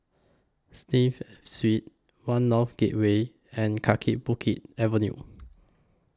Steve Street one North Gateway and Kaki Bukit Avenue